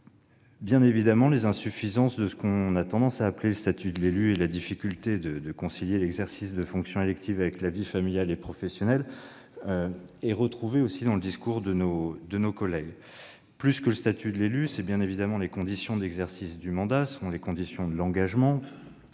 Bien évidemment, les insuffisances de ce que l'on a tendance à appeler le statut de l'élu et la difficulté à concilier l'exercice de fonctions électives avec la vie familiale et professionnelle se retrouvent aussi dans le discours de nos collègues. Plus que le statut de l'élu, ce sont bien évidemment les conditions de l'engagement préalable à l'élection, les conditions d'exercice